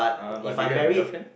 uh but do you have a girlfriend